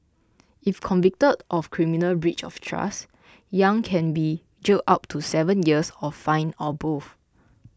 if convicted of criminal breach of trust Yang can be jailed up to seven years or fined or both